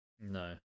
No